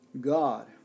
God